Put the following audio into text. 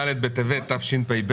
ד' טבת התשפ"ב,